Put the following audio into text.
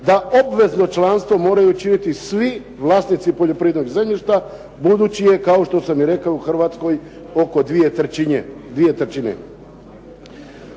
da obvezno članstvo moraju činiti svi vlasnici poljoprivrednog zemljišta budući je kao što sam i rekao u Hrvatskoj oko 2/3.